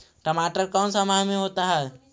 टमाटर कौन सा माह में होता है?